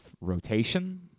rotation